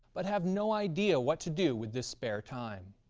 but have no idea what to do with this spare time.